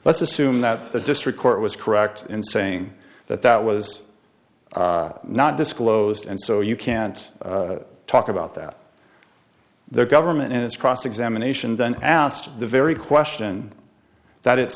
let's assume that the district court was correct in saying that that was not disclosed and so you can't talk about that the government is cross examination then asked the very question that it